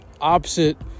opposite